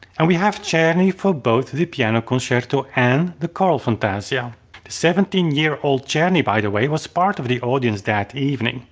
and we have czerny for both the piano concerto and the choral fantasia. the seventeen year old czerny by the way was part of the audience that evening.